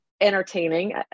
entertaining